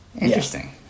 interesting